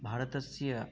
भारतस्य